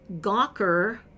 Gawker